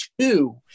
two